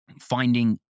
finding